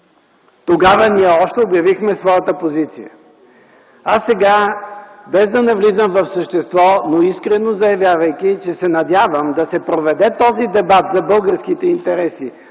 тогава ние обявихме своята позиция. Сега, без да навлизам по същество, но искрено заявявайки, че се надявам да се проведе този дебат за българските интереси